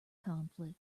conflict